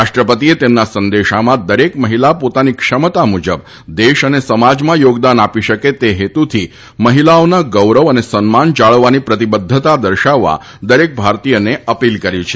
રાષ્ટ્રપતિએ તેમના સંદેશામાં દરેક મહિલા પોતાની ક્ષમતા મુજબ દેશ અને સમાજમાં યોગદાન આપી શકે તે હેતુથી મહિલાઓના ગૌરવ અને સન્માન જાળવવાની પ્રતિબદ્ધતા દર્શાવવા દરેક ભારતીયને અપીલ કરી છે